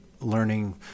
learning